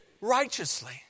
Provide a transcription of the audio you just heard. righteously